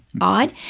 odd